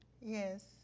Yes